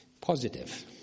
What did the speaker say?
positive